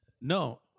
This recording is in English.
No